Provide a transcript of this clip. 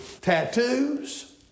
tattoos